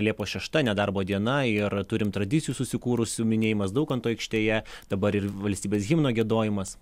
liepos šešta nedarbo diena ir turim tradicijų susikūrusių minėjimas daukanto aikštėje dabar ir valstybės himno giedojimas